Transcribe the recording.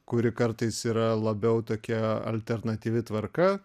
kuri kartais yra labiau tokia alternatyvi tvarka